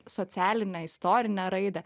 socialinę istorinę raidą